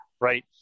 right